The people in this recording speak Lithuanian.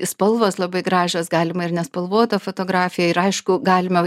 spalvos labai gražios galima ir nespalvota fotografija ir aišku galima